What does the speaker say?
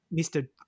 Mr